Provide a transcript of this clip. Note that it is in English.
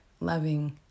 loving